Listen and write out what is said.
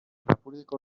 lapurdiko